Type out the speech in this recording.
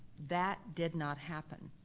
that did not happen.